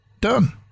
Done